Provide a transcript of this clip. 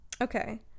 Okay